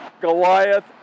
Goliath